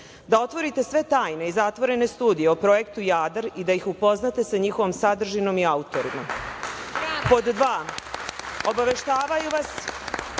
da otvorite sve tajne i zatvorene studije o projektu Jadar i da ih upoznate sa njihovom sadržinom i autorima; pod dva, obaveštavaju vas